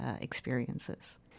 experiences